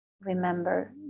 remember